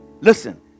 Listen